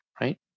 right